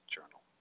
Journal